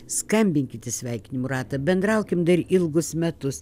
skambinkit į sveikinimų ratą bendraukim dar ilgus metus